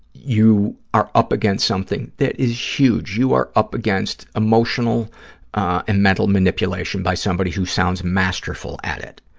you are up against something that is huge. you are up against emotional and mental manipulation by somebody who sounds masterful at it.